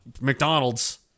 McDonald's